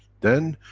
then,